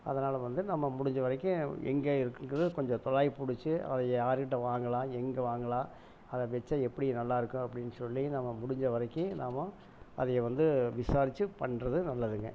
அதனால் வந்து நம்ம முடிஞ்ச வரைக்கும் எங்கே இருக்குங்கிறதை கொஞ்சம் துலாவி பிடிச்சி அதை யார் கிட்டே வாங்கலாம் எங்கே வாங்கலாம் அதை வெச்சா எப்படி நல்லாயிருக்கும் அப்டின்னு சொல்லி நம்ம முடிஞ்ச வரைக்கும் நாம் அதை வந்து விசாரித்து பண்ணுறது நல்லதுங்க